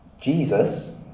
Jesus